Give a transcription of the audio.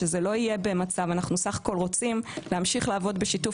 אנחנו בסך הכול רוצים להמשיך לעבוד בשיתוף